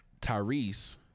Tyrese